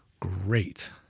great,